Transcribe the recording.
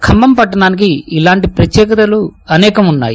ఖమ్మం పట్టణానికి ఇలాంటి ప్రత్యేకతలు అనేకం ఉన్నాయి